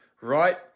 right